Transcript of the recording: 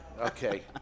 Okay